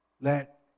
let